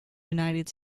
united